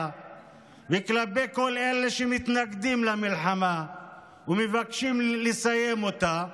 וכלפי כל אלה שמתנגדים למלחמה ומבקשים לסיים אותה.